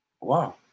Wow